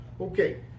Okay